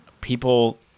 people